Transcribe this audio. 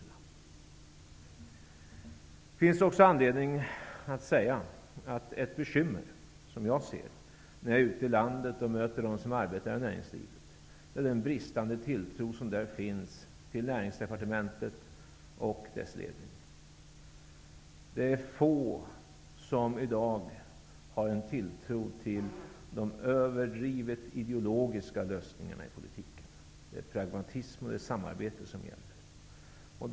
Det finns också anledning att säga att ett bekymmer, som jag ser när jag är ute i landet och möter dem som arbetar i näringslivet, är den bristande tilltro som där finns till Näringsdepartementet och dess ledning. Det är få som i dag har en tilltro till de överdrivet ideologiska lösningarna i politiken. Det är pragmatism och samarbete som gäller.